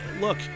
look